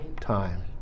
time